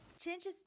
Changes